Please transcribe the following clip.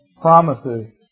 promises